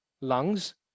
lungs